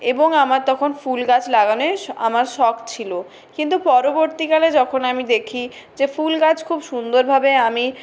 এবং আমার তখন ফুলগাছ লাগানের আমার শখ ছিলো কিন্তু পরবর্তী কালে যখন আমি দেখি যে ফুলগাছ খুব সুন্দর ভাবে আমি